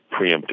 preemptive